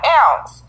else